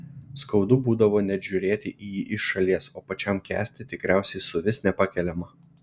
skaudu būdavo net žiūrėti į jį iš šalies o pačiam kęsti tikriausiai suvis nepakeliama